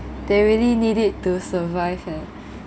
they really need it to survive you know